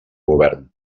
govern